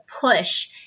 push